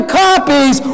copies